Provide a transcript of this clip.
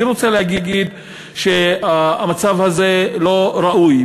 אני רוצה להגיד שהמצב הזה לא ראוי.